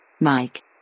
Mike